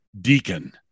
deacon